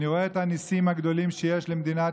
ואני רואה את הניסים הגדולים שיש למדינת